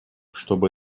чтобы